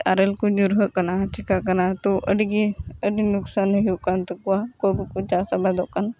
ᱟᱨᱮᱞ ᱠᱚ ᱧᱩᱨᱦᱟᱹᱜ ᱠᱟᱱᱟ ᱪᱤᱠᱟᱹᱜ ᱠᱟᱱᱟ ᱛᱚ ᱟᱹᱰᱤ ᱜᱮ ᱟᱹᱰᱤ ᱞᱚᱠᱥᱟᱱ ᱦᱩᱭᱩᱜ ᱠᱟᱱ ᱛᱟᱠᱚᱣᱟ ᱚᱠᱚᱭ ᱠᱚᱠᱚ ᱪᱟᱥ ᱟᱵᱟᱫᱜ ᱠᱟᱱ